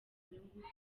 inyungu